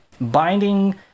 binding